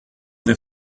the